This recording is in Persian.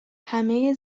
همه